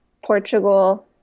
Portugal